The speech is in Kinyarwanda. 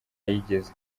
yigeze